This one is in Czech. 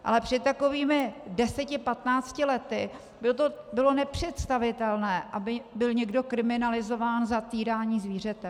Ale před takovými deseti patnácti lety bylo nepředstavitelné, aby byl někdo kriminalizován za týrání zvířete.